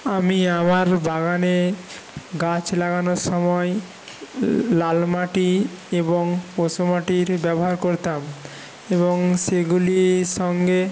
আমি আমার বাগানে গাছ লাগানোর সময় লাল মাটি এবং পশু মাটির ব্যবহার করতাম এবং সেগুলির সঙ্গে